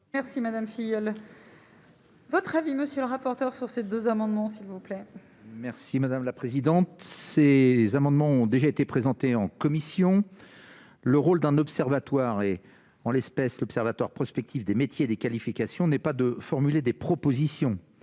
Merci madame filiale votre avis, monsieur le rapporteur sur ces deux amendements s'il vous plaît, merci. Si madame la présidente, ces amendements ont déjà été présentés en commission, le rôle d'un observatoire, et en l'espèce, l'observatoire prospectif des métiers et des qualifications n'est pas de formuler des propositions